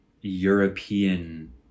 European